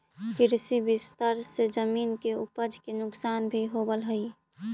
कृषि विस्तार से जमीन के उपज के नुकसान भी होवऽ हई